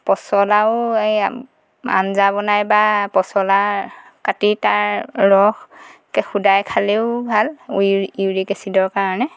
পছলাও এই আঞ্জা বনাই বা পচলাৰ কাটি তাৰ ৰস সদায় খালেও ভাল ইউৰিক এছিডৰ কাৰণে